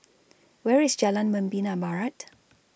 Where IS Jalan Membina Barat